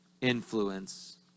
influence